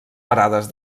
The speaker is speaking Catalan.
parades